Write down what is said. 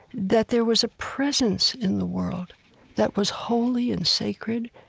that there was a presence in the world that was holy and sacred,